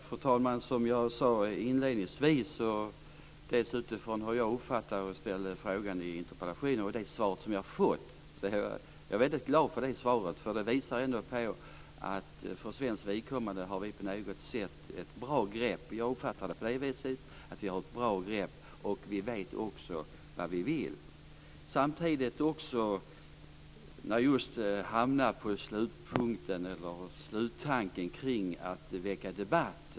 Fru talman! Med tanke på hur jag uppfattar denna fråga och ställde denna interpellation är jag mycket glad för det svar jag har fått. Det visar på att vi för svenskt vidkommande har ett bra grepp. Vi vet vad vi vill. Nu hamnar vi vid sluttanken kring att väcka debatt.